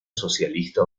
socialista